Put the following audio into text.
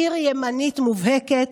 עיר ימנית מובהקת,